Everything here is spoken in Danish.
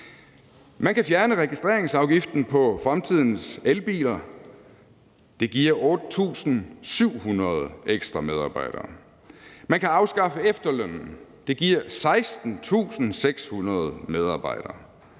Man kan fjerne registreringsafgiften på fremtidens elbiler, og det giver 8.700 ekstra medarbejdere. Man kan afskaffe efterlønnen, og det giver 16.600 medarbejdere.